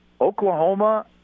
Oklahoma